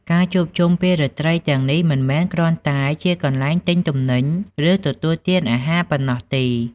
ការជួបជុំពេលរាត្រីទាំងនេះ មិនមែនគ្រាន់តែជាកន្លែងទិញទំនិញ ឬទទួលទានអាហារប៉ុណ្ណោះទេ។